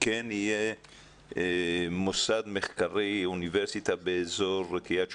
יהיה מוסד מחקרי אוניברסיטאי באזור קריית שמונה?